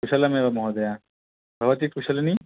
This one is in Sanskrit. कुशलमेव महोदय भवती कुशलिनी